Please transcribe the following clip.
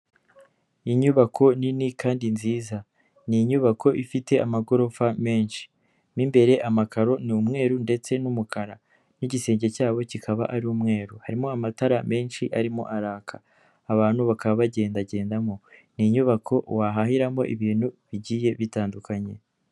Unyubako nini kandi nziza, ni inyubako ifite amagorofa menshi. Mu imbere amakaro ni'mweru, ndetse n'umukara, n'igisenge cyabo kikaba ari umweru, harimo amatara menshi arimo araka. Abantu bakaba bagendagendamo ni inyubako wahahiramo ibintu bigiye bitandukanye.